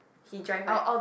he drive right